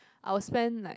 I will spend like